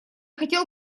хотел